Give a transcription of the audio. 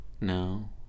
No